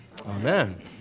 Amen